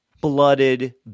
blooded